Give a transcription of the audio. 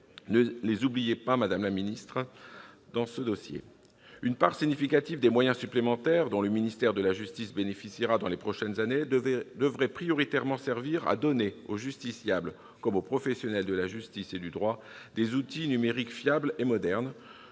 ne l'oubliez pas, madame la ministre ! Une part significative des moyens supplémentaires dont le ministère de la justice bénéficiera dans les prochaines années devrait prioritairement servir à doter les justiciables, comme les professionnels de la justice et du droit, d'outils numériques fiables et modernes.